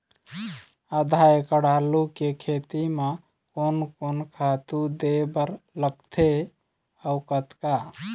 आधा एकड़ आलू के खेती म कोन कोन खातू दे बर लगथे अऊ कतका?